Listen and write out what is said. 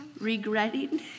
Regretting